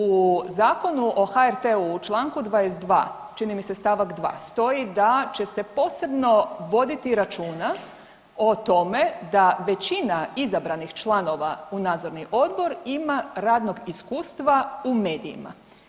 U Zakonu o HRT-u u čl. 22. čini mi se st. 2. stoji da će se posebno voditi računa o tome da većina izabranih članova u nadzorni odbor ima radnog iskustva u medijima.